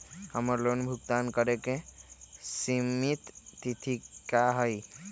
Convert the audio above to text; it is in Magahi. हमर लोन भुगतान करे के सिमित तिथि का हई?